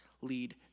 lead